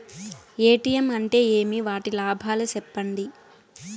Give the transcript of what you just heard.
ATM అంటే ఏమి? వాటి లాభాలు సెప్పండి